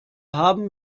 haben